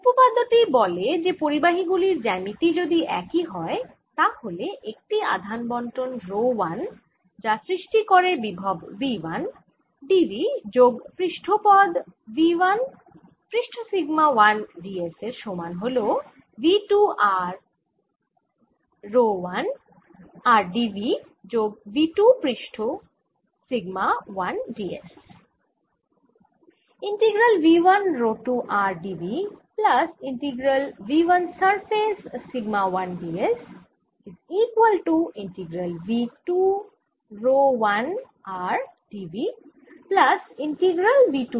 উপপাদ্য টি বলে যে পরিবাহী গুলির জ্যামিতি যদি একই হয় তা হলে একটি আধান বণ্টন রো 1 যে সৃষ্টি করে বিভব V 1 d V যোগ পৃষ্ঠ পদ V 1 পৃষ্ঠ সিগমা 1 d s এর সমান হল V 2 rho 1 r d V যোগ V 2 পৃষ্ঠ সিগমা 1 d s